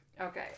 Okay